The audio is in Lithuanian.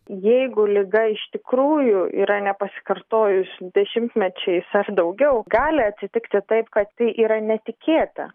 jeigu liga iš tikrųjų yra nepasikartojus dešimtmečiais ar daugiau gali atsitikti taip kad tai yra netikėta